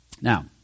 Now